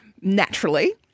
Naturally